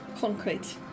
concrete